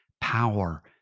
power